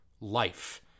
life